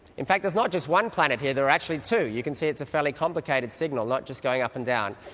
in fact, it's not just one planet here, there are actually two. you can see it's a fairly complicated signal, not just going up and down,